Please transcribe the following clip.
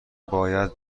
باید